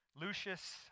Lucius